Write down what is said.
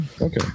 Okay